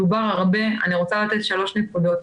דובר הרבה, אני רוצה לתת שלוש נקודות.